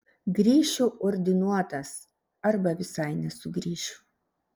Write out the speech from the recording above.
grįšiu ordinuotas arba visai nesugrįšiu